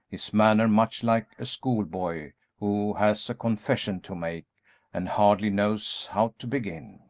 his manner much like a school-boy who has a confession to make and hardly knows how to begin.